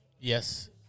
Yes